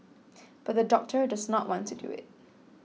but the doctor does not want to do it